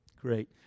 Great